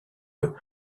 eux